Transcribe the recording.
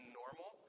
normal